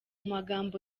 magambo